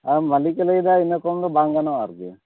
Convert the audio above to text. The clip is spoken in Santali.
ᱢᱟᱹᱞᱤᱠᱮ ᱞᱟᱹᱭᱮᱫᱟ ᱤᱱᱟᱹ ᱠᱚᱢ ᱫᱚ ᱵᱟᱝ ᱜᱟᱱᱚᱜᱼᱟ ᱟᱨᱠᱤ